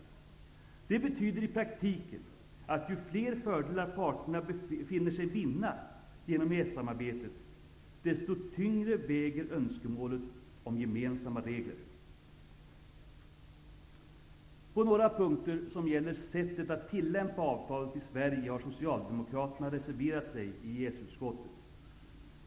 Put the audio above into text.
Det betyder i praktiken att ju fler fördelar parterna finner sig vinna genom EES samarbetet, desto tyngre väger önskemålet om gemensamma regler. På några punkter som gäller sättet att tillämpa avtalet i Sverige har Socialdemokraterna reserverat sig i EES-utskottet.